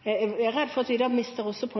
Jeg er redd for at vi da på en